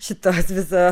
šito viso